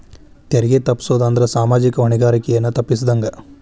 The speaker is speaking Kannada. ತೆರಿಗೆ ತಪ್ಪಸೊದ್ ಅಂದ್ರ ಸಾಮಾಜಿಕ ಹೊಣೆಗಾರಿಕೆಯನ್ನ ತಪ್ಪಸಿದಂಗ